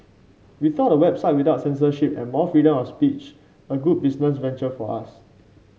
we thought a website without censorship and more freedom of speech a good business venture for us